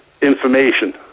information